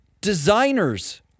Designers